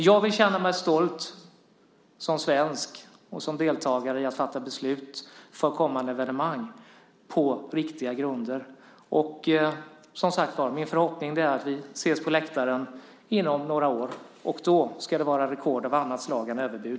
Jag vill känna mig stolt som svensk och som deltagare i att fatta beslut inför kommande evenemang på riktiga grunder. Min förhoppning är alltså att vi ses på läktaren inom några år. Då ska det, som sagt, vara rekord av annat slag än överbud.